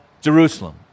Jerusalem